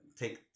Take